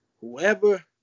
whoever